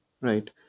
Right